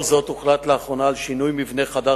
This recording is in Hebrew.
תשובת השר לביטחון פנים יצחק